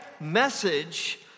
message